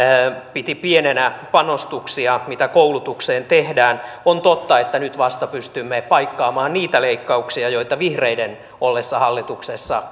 piti pieninä panostuksia mitä koulutukseen tehdään on totta että nyt vasta pystymme paikkaamaan niitä leikkauksia joita vihreiden ollessa hallituksessa